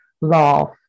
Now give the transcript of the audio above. love